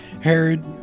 Herod